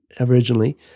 originally